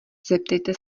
zeptejte